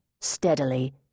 steadily